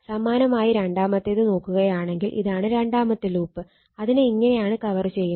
സമാനമായി രണ്ടാമത്തേത് നോക്കുകയാണെങ്കിൽ ഇതാണ് രണ്ടാമത്തെ ലൂപ്പ് അതിനെ ഇങ്ങനെയാണ് കവർ ചെയ്യുന്നത്